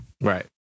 Right